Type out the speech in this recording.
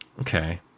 okay